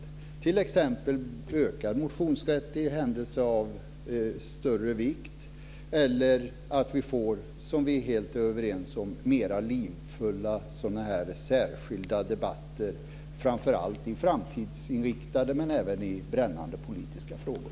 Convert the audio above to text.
Man kan t.ex. införa ökad motionsrätt vid händelse av större vikt. Vi är också helt överens om att vi vill ha mer livfulla särskilda debatter, framför allt i framtidsinriktade men även andra brännande, politiska frågor.